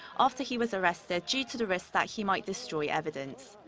after he was arrested due to the risk that he might destroy evidence.